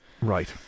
Right